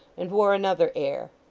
and wore another air.